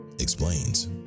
explains